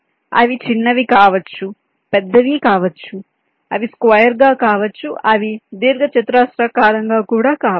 అవి చిన్నవి కావచ్చు పెద్దవీ కావచ్చు అవి స్క్వేర్ గా కావచ్చు అవి దీర్ఘచతురస్రాకారంగా కూడా కావచ్చు